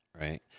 Right